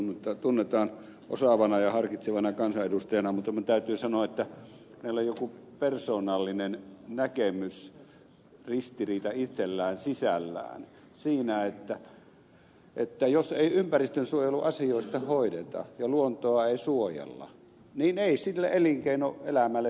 reijonen tunnetaan osaavana ja harkitsevana kansanedustajana mutta minun täytyy sanoa että hänellä on joku persoonallinen näkemysristiriita itsellään sisällään siinä että jos ei ympäristönsuojeluasioita hoideta ja luontoa ei suojella niin ei sille elinkeinoelämälle pitemmän päälle ole mitään edellytyksiä